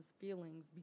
feelings